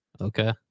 Okay